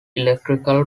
electrical